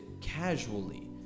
casually